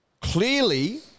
clearly